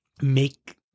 make –